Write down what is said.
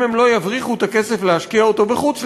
אם הם לא יבריחו את הכסף להשקיע אותו בחוץ-לארץ,